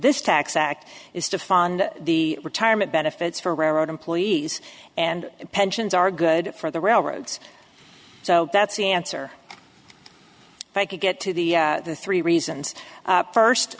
this tax act is to fund the retirement benefits for railroad employees and pensions are good for the railroads so that's the answer they could get to the three reasons first